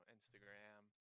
Instagram